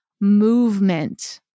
movement